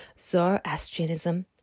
Zoroastrianism